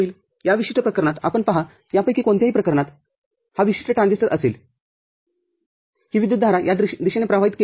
या विशिष्ट प्रकरणात आपण पहा यापैकी कोणत्याही प्रकरणातयापैकी कोणत्याही प्रकरणात हा विशिष्ट ट्रान्झिस्टरअसेल ही विद्युतधारा या दिशेने प्रवाहित केली जाईल